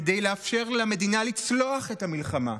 כדי לאפשר למדינה לצלוח את המלחמה.